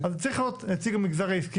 אז צריך להיות נציג המגזר העסקי.